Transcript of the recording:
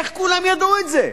איך כולם ידעו את זה?